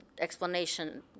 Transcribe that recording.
explanation